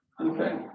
Okay